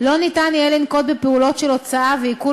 לא יהיה אפשר לנקוט פעולות של הוצאה ועיקול